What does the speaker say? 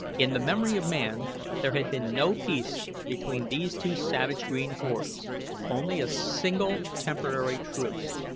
in the memory of man there had been no peace between these two savage green hordes only a single temporary truce.